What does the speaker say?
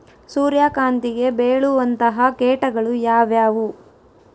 ಸೂರ್ಯಕಾಂತಿಗೆ ಬೇಳುವಂತಹ ಕೇಟಗಳು ಯಾವ್ಯಾವು?